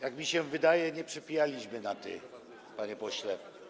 Jak mi się wydaje, nie przepijaliśmy na ty, panie pośle.